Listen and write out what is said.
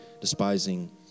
despising